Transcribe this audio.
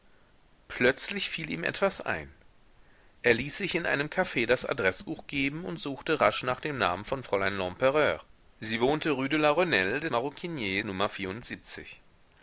plötzlich fiel ihm etwas ein er ließ sich in einem caf das adreßbuch geben und suchte rasch nach dem namen von fräulein lempereur sie wohnte rue de